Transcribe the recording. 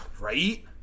right